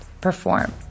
perform